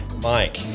Mike